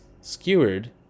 skewered